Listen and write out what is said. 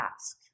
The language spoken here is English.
ask